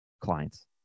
clients